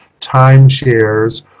timeshares